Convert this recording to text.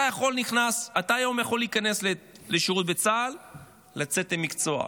אתה היום יכול להיכנס לשירות בצה"ל ולצאת עם מקצוע.